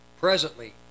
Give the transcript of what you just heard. Presently